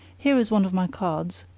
here is one of my cards.